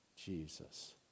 Jesus